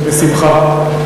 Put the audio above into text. בשמחה.